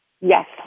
Yes